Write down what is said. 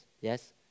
yes